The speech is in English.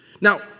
Now